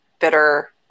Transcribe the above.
bitter